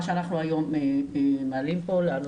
מה שאנחנו היום מעלים כאן,